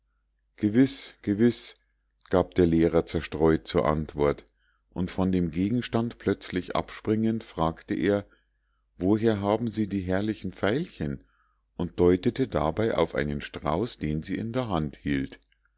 gewiß gewiß gab der lehrer zerstreut zur antwort und von dem gegenstand plötzlich abspringend fragte er woher haben sie die herrlichen veilchen und deutete dabei auf einen strauß den sie in der hand hielt